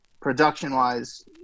production-wise